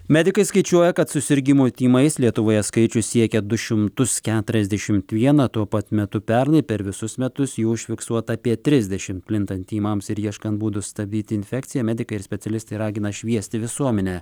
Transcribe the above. medikai skaičiuoja kad susirgimų tymais lietuvoje skaičius siekia du šimtus keturiasdešimt vieną tuo pat metu pernai per visus metus jų užfiksuota apie trisdešimt plintant tymams ir ieškant būdų stabdyti infekciją medikai ir specialistai ragina šviesti visuomenę